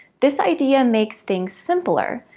this idea makes things simpler,